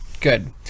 Good